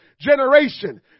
generation